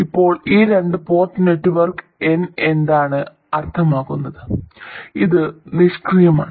അപ്പോൾ ഈ രണ്ട് പോർട്ട് നെറ്റ്വർക്ക് N എന്താണ് അർത്ഥമാക്കുന്നത് ഇത് നിഷ്ക്രിയമാണ്